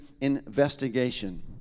investigation